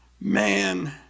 Man